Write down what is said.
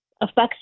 affects